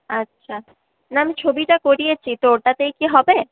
আচ্ছা না আমি ছবিটা করিয়েছি তো ওটাতেই কি হবে